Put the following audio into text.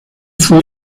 fue